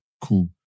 Cool